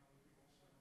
יושב-ראש הכנסת,